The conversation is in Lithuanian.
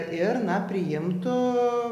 ir na priimtų